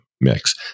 mix